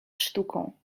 sztuką